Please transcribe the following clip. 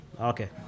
Okay